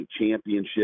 Championship